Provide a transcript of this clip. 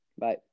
Bye